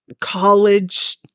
college